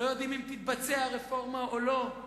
לא יודעים אם תתבצע רפורמה או לא.